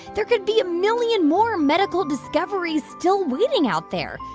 there could be a million more medical discoveries still waiting out there,